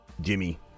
Jimmy